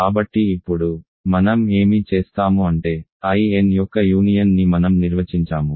కాబట్టి ఇప్పుడు మనం ఏమి చేస్తాము అంటే In యొక్క యూనియన్ని మనం నిర్వచించాము